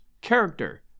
character